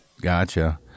Gotcha